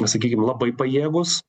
sakykim labai pajėgūs